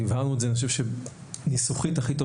ואני חושב שהבהרנו את זה ניסוחית הכי טוב